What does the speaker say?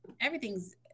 everything's